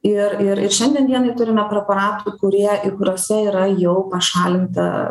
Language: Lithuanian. ir ir ir šiandien dienai turime preparatų kurie ir kuriuose yra jau pašalinta